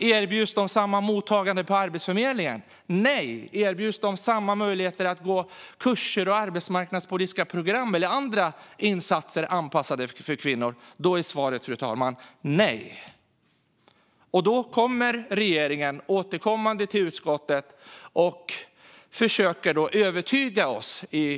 Erbjuds de samma mottagande på Arbetsförmedlingen? Nej. Erbjuds de samma möjligheter att gå kurser och arbetsmarknadspolitiska program eller att få andra insatser anpassade för kvinnor? Nej. Regeringen kommer återkommande till utskottet och riksdagen och försöker övertyga oss om